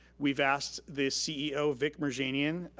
we've asked the ceo, vic merjanian,